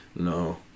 No